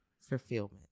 fulfillment